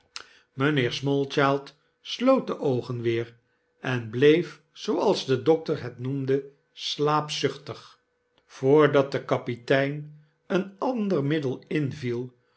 mijnheer smallchild sloot de oogen weer en bleef zooals de dokter het noemde slaapzuchtig voordat de kapitein een ander middelinviel